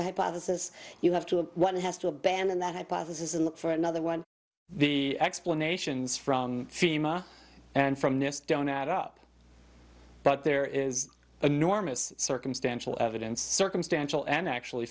the hypothesis you have to have one has to abandon that hypothesis and look for another one the explanations from fema and from nist don't add up but there is enormous circumstantial evidence circumstantial and actually